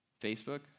Facebook